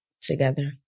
together